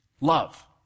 love